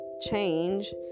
change